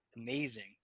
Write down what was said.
amazing